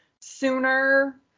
sooner